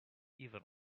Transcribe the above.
even